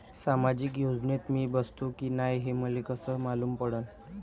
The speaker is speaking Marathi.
सामाजिक योजनेत मी बसतो की नाय हे मले कस मालूम पडन?